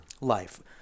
life